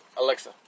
Alexa